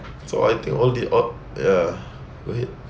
so I think all the a~ ya go ahead